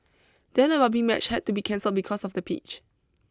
then a rugby match had to be cancelled because of the pitch